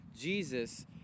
Jesus